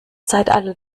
zeitalter